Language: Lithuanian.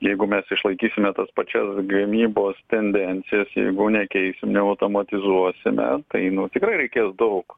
jeigu mes išlaikysime tas pačias gamybos tendencijas jeigu nekeisim automatizuosime tai nu tikrai reikės daug